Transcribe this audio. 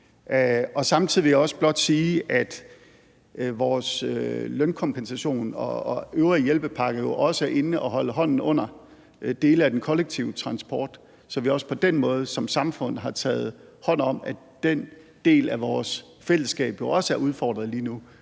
Samtidig vil jeg også blot sige, at vores lønkompensation og øvrige hjælpepakker jo også er inde at holde hånden under dele af den kollektive transport, så vi også på den måde som samfund har taget hånd om, at den del af vores fællesskab er udfordret lige nu,